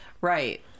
right